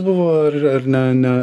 buvo ar ar ne ne